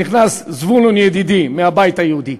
נכנס זבולון ידידי מהבית היהודי.